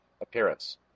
appearance